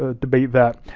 ah debate that,